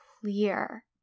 clear